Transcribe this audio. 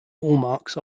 hallmarks